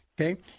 okay